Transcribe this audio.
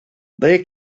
they